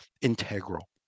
integral